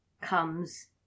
comes